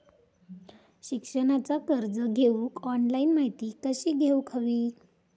शिक्षणाचा कर्ज घेऊक ऑनलाइन माहिती कशी घेऊक हवी?